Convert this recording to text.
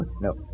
No